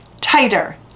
tighter